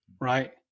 right